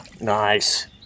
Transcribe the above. Nice